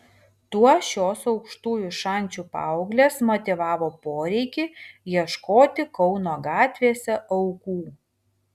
tuo šios aukštųjų šančių paauglės motyvavo poreikį ieškoti kauno gatvėse aukų